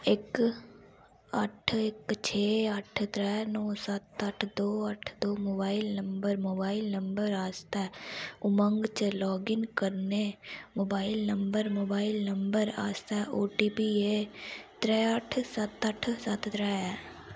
इक अठ्ठ इक छे अठ्ठ त्रै नौ सत्त अठ्ठ दो अठ्ठ दो mobile number mobile mobile number आस्तै उमंग च लाग इन करने मोबाइल नंबर मोबाइल नंबर आस्तै ओ टी पी ऐ त्रै अठ्ठ सत अठ्ठ सत त्रै ऐ